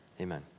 Amen